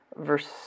verse